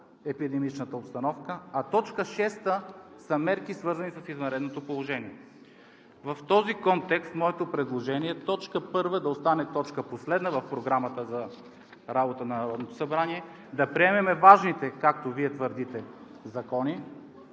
епидемичната обстановка, а точка шеста са мерки, свързани с извънредното положение?! В този контекст моето предложение е точка първа да остане точка последна в Програмата за работа на Народното събрание – да приемем важните, както Вие твърдите, закони.